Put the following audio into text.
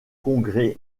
congrès